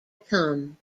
come